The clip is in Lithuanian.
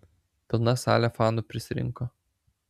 pilna salė fanų prisirinko